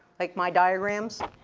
like my diagrams,